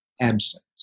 absent